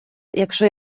якщо